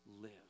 live